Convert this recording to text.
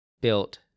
built